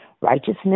righteousness